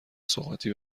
سوغاتی